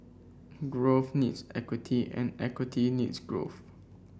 growth needs equity and equity needs growth